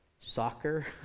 soccer